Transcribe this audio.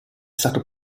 stato